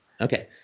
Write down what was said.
Okay